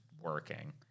working